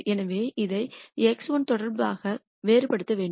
எனவே இதை x1 தொடர்பாக வேறுபடுத்த வேண்டும்